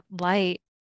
light